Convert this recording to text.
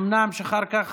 ואומנם אחר כך הוסרו,